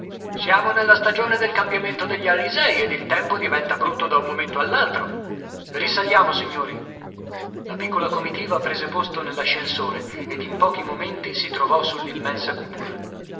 siamo nella stagione del cambiamento degli alisei ed il tempo diventa brutto da un momento all'altro risaliamo signori la piccola comitiva prese posto nell'ascensore ed in pochi momenti si trovò sull'immensa cupola